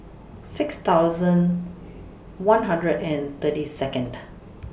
six thousand one hundred and thirty Second